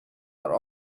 are